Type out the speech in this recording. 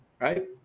right